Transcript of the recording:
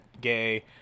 gay